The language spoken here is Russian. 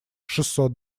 шестьсот